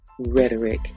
Rhetoric